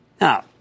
Now